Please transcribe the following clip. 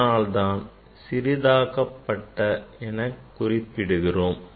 அதனால்தான் சிறிதாக்கப்பட்டது எனக் குறிப்பிடுகிறோம்